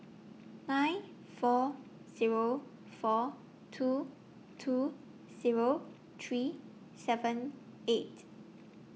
nine four Zero four two two Zero three seven eight